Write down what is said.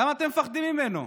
למה אתם מפחדים ממנו?